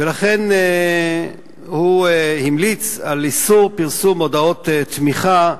ולכן הוא המליץ על איסור פרסום מודעות תמיכה.